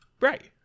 Right